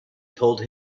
told